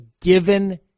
given